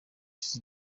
isi